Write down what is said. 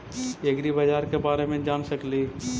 ऐग्रिबाजार के बारे मे जान सकेली?